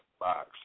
box